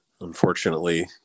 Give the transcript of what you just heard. unfortunately